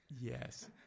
Yes